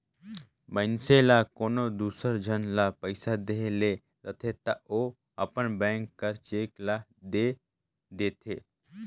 मइनसे ल कोनो दूसर झन ल पइसा देहे ले रहथे ता ओ अपन बेंक कर चेक ल दे देथे